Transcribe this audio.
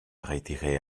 retiré